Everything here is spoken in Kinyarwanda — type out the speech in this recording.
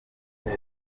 bose